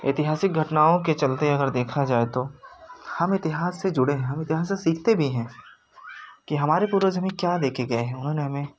ऐतिहासिक घटनाओं के चलते अगर देखा जाए तो हम इतिहास से जुड़े है हम इतिहास से सीखते भी हैं कि हमारे पूर्वज हमें क्या देके गए हैं उन्होंने हमें